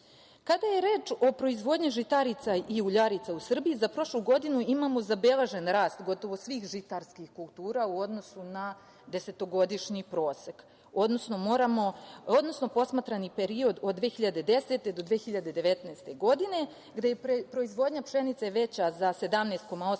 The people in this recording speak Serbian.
je reč o proizvodnji žitarica i uljarica u Srbiji, za prošlu godinu imamo zabeležen rast gotovo svih žitarskih kultura u odnosu na desetogodišnji prosek, odnosno posmatrani period od 2010. do 2019. godine, gde je proizvodnja pšenice veća za 17,8%,